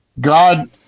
God